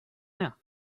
here